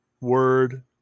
word